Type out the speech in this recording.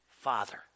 Father